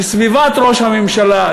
כשסביבת ראש הממשלה,